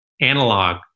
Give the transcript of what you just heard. analog